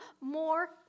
more